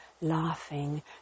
laughing